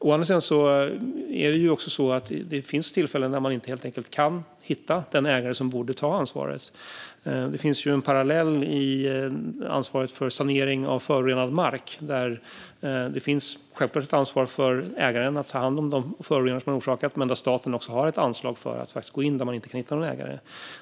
Å andra sidan finns det tillfällen då man inte kan hitta den ägare som borde ta ansvaret. Det finns en parallell i ansvaret för sanering av förorenad mark, där det givetvis finns ett ansvar för ägaren att ta hand om de föroreningar som denne orsakat men där staten har ett ansvar att gå in när man inte kan hitta en ägare.